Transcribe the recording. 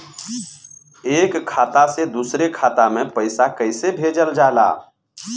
एक खाता से दुसरे खाता मे पैसा कैसे भेजल जाला?